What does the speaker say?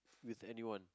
with anyone